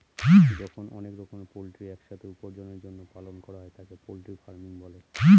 যখন অনেক রকমের পোল্ট্রি এক সাথে উপার্জনের জন্য পালন করা হয় তাকে পোল্ট্রি ফার্মিং বলে